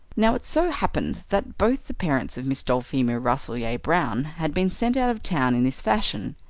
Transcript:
now it so happened that both the parents of miss dulphemia rasselyer-brown had been sent out of town in this fashion.